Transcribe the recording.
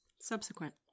Subsequent